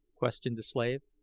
questioned the slave.